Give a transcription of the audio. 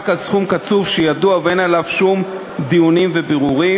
רק על סכום קצוב שידוע ואין עליו שום דיונים ובירורים,